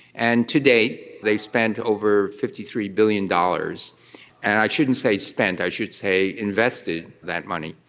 and to date they've spent over fifty three billion dollars. and i shouldn't say spent, i should say invested that money,